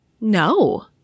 No